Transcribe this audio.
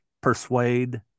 persuade